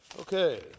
Okay